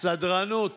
סדרנות וכו'